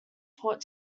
thought